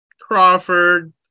Crawford